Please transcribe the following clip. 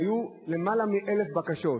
היו יותר מ-1,000 בקשות.